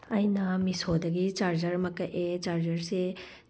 ꯑꯩꯅ ꯃꯤꯁꯣꯗꯒꯤ ꯆꯥꯖꯔ ꯑꯃ ꯀꯛꯑꯦ ꯆꯥꯔꯖꯔꯁꯦ